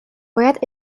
باید